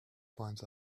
finds